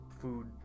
food